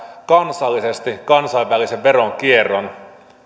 kansallisesti kansainvälisen veronkierron